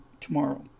tomorrow